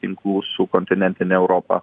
tinklų su kontinentine europa